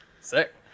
sick